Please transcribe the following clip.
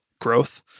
growth